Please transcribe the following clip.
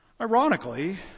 Ironically